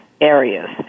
areas